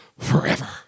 Forever